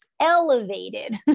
elevated